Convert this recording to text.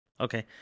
Okay